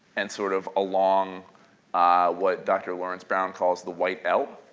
and sort of along what dr. lawrence brown calls the white l,